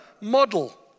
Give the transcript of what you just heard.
model